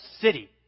city